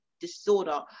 disorder